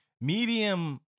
Medium